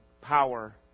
power